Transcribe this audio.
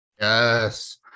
Yes